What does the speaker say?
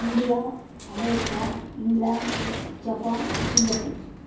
India America England Japan Singapore